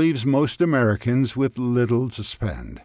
leaves most americans with little to spend